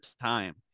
time